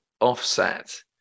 offset